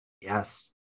Yes